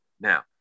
Now